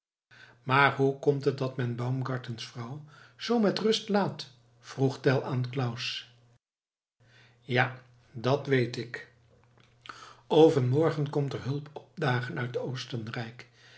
maar hoe komt het dat men baumgartens vrouw zoo met rust laat vroeg tell aan claus ja dat weet ik overmorgen komt er hulp opdagen uit